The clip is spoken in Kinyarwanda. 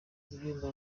guhemba